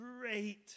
great